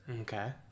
Okay